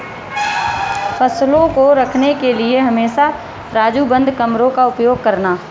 फसलों को रखने के लिए हमेशा राजू बंद कमरों का उपयोग करना